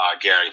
Gary